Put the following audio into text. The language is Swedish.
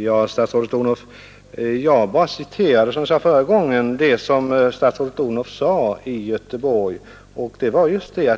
Herr talman! Jag vill erinra statsrådet Odhnoff om att jag förra gången bara citerade följande av vad statsrådet Odhnoff sade i Göteborg: